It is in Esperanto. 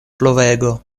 pluvego